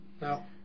Now